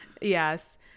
yes